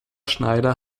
schneider